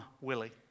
Willie